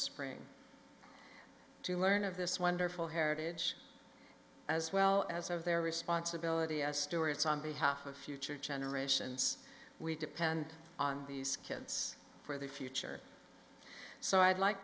spring to learn of this wonderful heritage as well as of their responsibility as story it's on behalf of future generations we depend on these kids for their future so i'd like